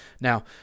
Now